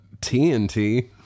TNT